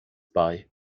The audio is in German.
bei